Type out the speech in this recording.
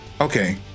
Okay